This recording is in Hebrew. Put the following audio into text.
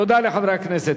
תודה לחברי הכנסת.